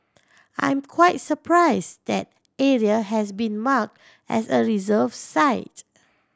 I'm quite surprise that area has been mark as a reserve site